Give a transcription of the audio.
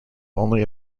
only